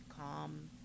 calm